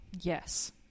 Yes